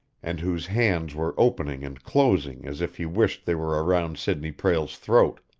and whose hands were opening and closing as if he wished they were around sidney prale's throat.